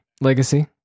Legacy